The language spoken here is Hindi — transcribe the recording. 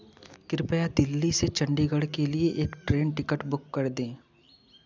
कृपया दिल्ली से चंडीगढ़ के लिए एक ट्रेन टिकट बुक कर दें